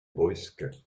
brusques